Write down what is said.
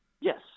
Yes